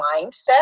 mindset